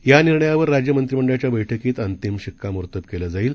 यानिर्णयावरराज्यमंत्रिमंडळाच्या बैठकीतअंतिमशिक्कामोर्तबकेलंजाईल